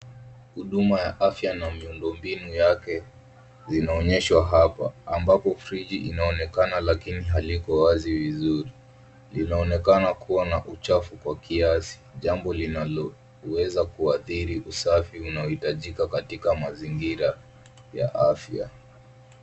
Huduma ya afya na miundombinu yake zinaonyeshwa hapa ambapo friji inaonekana lakini haliko wazi vizuri. Linaonekana kuwa na uchafu kwa kiasi jambo linaloweza kuathiri usafi unaohitajika katika mazingira ya afya.